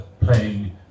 playing